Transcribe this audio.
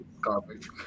garbage